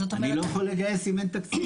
אני לא יכול לגייס אם אין תקציב.